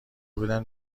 بودن